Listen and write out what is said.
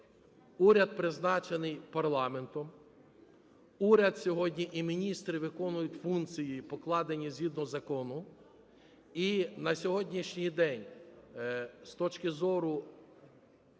Уряд призначений парламентом. Уряд сьогодні і міністри виконують функції, покладені згідно закону. І на сьогоднішній день з точки зору